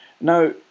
Now